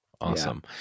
Awesome